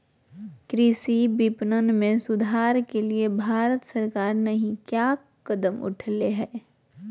कृषि विपणन में सुधार के लिए भारत सरकार नहीं क्या कदम उठैले हैय?